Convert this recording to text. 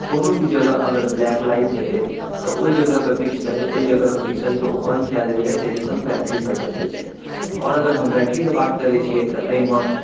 कोनो भी जगह अगर ब्लैक लाइट हेतै तऽ ओहि जगहके पिक्सल ओहि जगहके पिक्सलके ओ बन्द कऽ देल जाइ छै जाहिसँ बैटरी बचत होइ छै आओर अगर हम बैटरीके बात करै छिए तऽ एहिमे